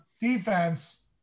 defense